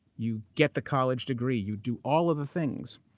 you get the college degree, you do all of the things.